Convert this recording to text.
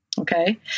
Okay